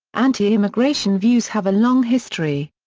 anti-immigration views have a long history.